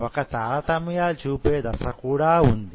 వొక తారతమ్యాలు చూపే దశ కూడా వుంది